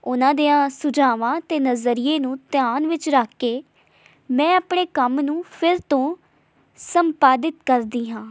ਉਹਨਾਂ ਦਿਆਂ ਸੁਝਾਵਾਂ ਅਤੇ ਨਜ਼ਰੀਏ ਨੂੰ ਧਿਆਨ ਵਿੱਚ ਰੱਖ ਕੇ ਮੈਂ ਆਪਣੇ ਕੰਮ ਨੂੰ ਫਿਰ ਤੋਂ ਸੰਪਾਦਿਤ ਕਰਦੀ ਹਾਂ